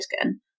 again